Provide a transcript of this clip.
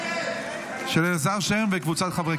של אלעזר שטרן וקבוצת חברי